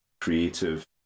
creative